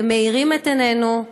אתם מאירים את עינינו.